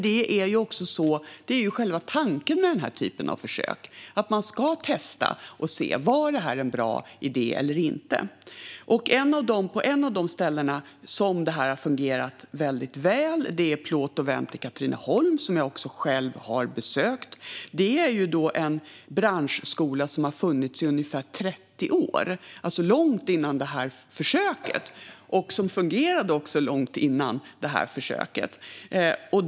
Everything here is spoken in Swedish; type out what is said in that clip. Detta är själva tanken med denna typ av försök. Man ska testa och se: Var det en bra idé eller inte? Och ett av de ställen där det har fungerat väldigt väl är Plåt & Ventbyrån i Katrineholm, som jag själv har besökt. Det är en branschskola som har funnits i ungefär 30 år, alltså långt innan detta försök, och som också fungerade långt innan det här försöket.